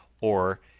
or,